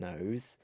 knows